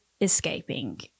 escaping